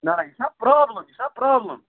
نہَ نہَ یہِ چھَنا پرٛابلِم یہِ چھَنا پرٛابلِم